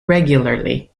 regularly